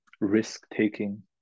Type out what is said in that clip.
risk-taking